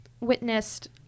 witnessed